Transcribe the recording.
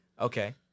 Okay